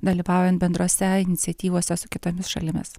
dalyvaujant bendrose iniciatyvose su kitomis šalimis